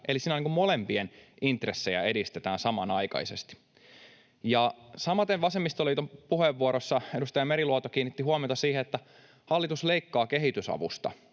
eli siinä molempien intressejä edistetään samanaikaisesti. Samaten vasemmistoliiton puheenvuorossa edustaja Meriluoto kiinnitti huomiota siihen, että hallitus leikkaa kehitysavusta.